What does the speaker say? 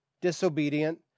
disobedient